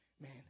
Man